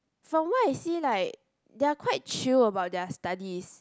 from what I see like they're quite chill about their studies